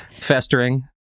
festering